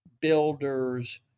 builders